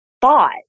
thought